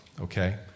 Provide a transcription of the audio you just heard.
okay